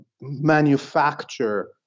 manufacture